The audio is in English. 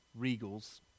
Regals